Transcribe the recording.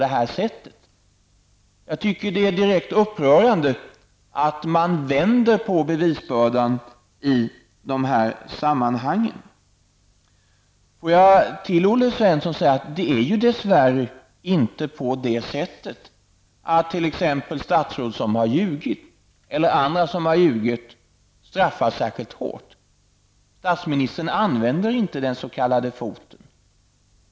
Det är direkt upprörande att man vänder på bevisbördan i de sammanhangen. Det är dess värre inte så, Olle Svensson, att statsråd som har ljugit, eller andra som har ljugit, straffas särskilt hårt. Statsministern använder inte den s.k. foten.